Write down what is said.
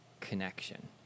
connection